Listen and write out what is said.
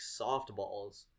softballs